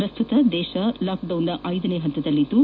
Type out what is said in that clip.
ಪ್ರಸ್ತುತ ದೇಶವು ಲಾಕ್ಡೌನ್ನ ಐದನೇ ಹಂತದಲ್ಲಿದ್ದು